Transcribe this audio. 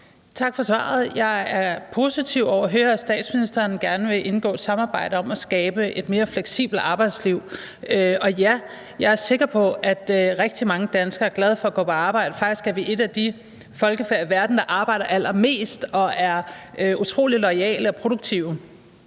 Tak for svaret. Jeg er positiv over at høre, at statsministeren gerne vil indgå et samarbejde om at skabe et mere fleksibelt arbejdsliv. Og ja, jeg er sikker på, at rigtig mange er glade for at gå på arbejde. Faktisk er vi et af de folkefærd i verden, der arbejder allermest, og vi er utrolig loyale og produktive.